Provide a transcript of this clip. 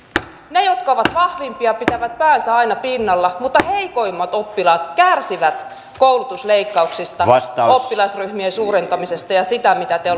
ne jotka ovat vahvimpia pitävät päänsä aina pinnalla mutta heikoimmat oppilaat kärsivät koulutusleikkauksista oppilasryhmien suurentamisesta ja siitä mitä te